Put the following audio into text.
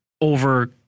over